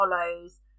follows